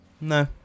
No